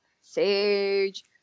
sage